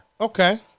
Okay